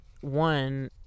one